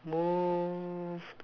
more